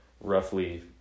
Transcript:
roughly